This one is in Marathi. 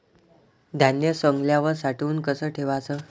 धान्य सवंगल्यावर साठवून कस ठेवाच?